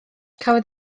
cafodd